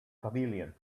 pavilion